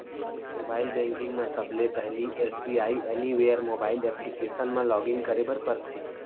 mobile banking म सबले पहिली एस.बी.आई एनिवर मोबाइल एप्लीकेसन म लॉगिन करे बर परथे